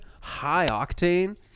high-octane